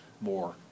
more